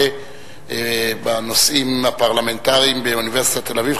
בנושאים הפרלמנטריים באוניברסיטת תל-אביב,